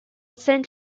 saint